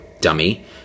dummy